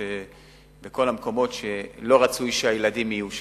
בכל המקומות שלא רצוי שהילדים יהיו שם.